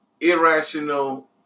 irrational